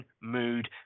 mood